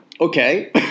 okay